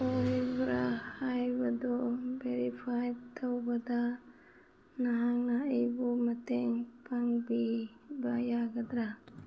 ꯑꯣꯏꯔꯤꯕ꯭ꯔꯥ ꯍꯥꯏꯕꯗꯨ ꯕꯦꯔꯤꯐꯥꯏꯠ ꯇꯧꯕꯗ ꯅꯍꯥꯛꯅ ꯑꯩꯕꯨ ꯃꯇꯦꯡ ꯄꯥꯡꯕꯤꯕ ꯌꯥꯒꯗ꯭ꯔꯥ